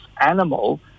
animal